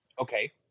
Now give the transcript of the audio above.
Okay